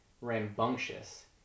rambunctious